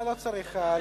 לא צריך.